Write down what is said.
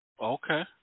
okay